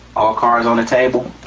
all cards on the table,